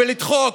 ולדחות,